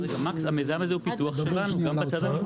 המיזם הזה הוא פיתוח שלנו, גם בצד המקצועי.